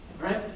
right